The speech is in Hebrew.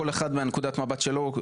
כל אחד ונקודת מבטו.